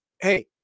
Hey